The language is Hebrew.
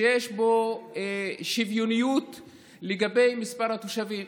שיש בו שוויוניות לגבי מספר התושבים,